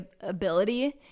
ability